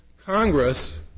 Congress